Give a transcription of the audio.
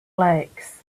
lakes